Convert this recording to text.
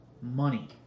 money